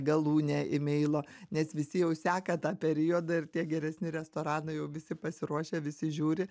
galūnė imeilo nes visi jau seka tą periodą ir tie geresni restoranai jau visi pasiruošę visi žiūri